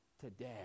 Today